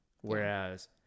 Whereas